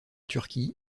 turquie